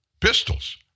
Pistols